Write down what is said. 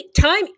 Time